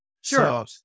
Sure